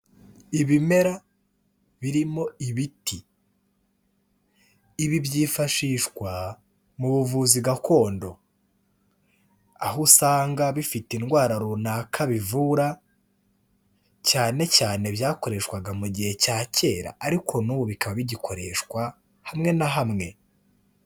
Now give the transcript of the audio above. Ibimera birimo ibiti ibi byifashishwa mu buvuzi gakondo aho usanga bifite indwara runaka bivura cyane cyane byakoreshwaga mu gihe cya kera ariko n'ubu bikaba bigikoreshwa hamwe na hamwe.